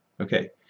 okay